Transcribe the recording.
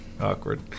Awkward